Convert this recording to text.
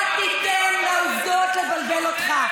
אל תיתן לעובדות לבלבל אותך.